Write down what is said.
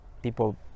people